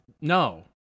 No